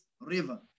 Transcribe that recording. River